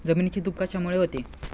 जमिनीची धूप कशामुळे होते?